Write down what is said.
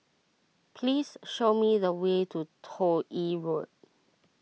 please show me the way to Toh Yi Road